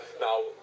Now